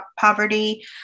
poverty